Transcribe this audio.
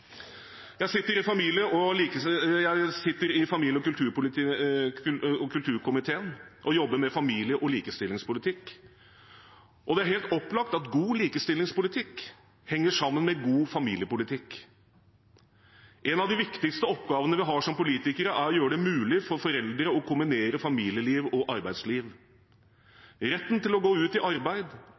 Jeg sitter i familie- og kulturkomiteen og jobber med familie- og likestillingspolitikk, og det er helt opplagt at god likestillingspolitikk henger sammen med god familiepolitikk. En av de viktigste oppgavene vi har som politikere, er å gjøre det mulig for foreldre å kombinere familieliv og arbeidsliv. Retten til å gå ut i arbeid